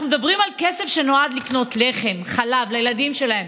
אנחנו מדברים על כסף שנועד לקנות לחם וחלב לילדים שלהם.